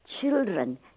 children